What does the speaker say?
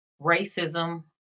racism